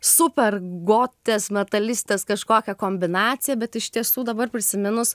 super gotės metalistės kažkokią kombinaciją bet iš tiesų dabar prisiminus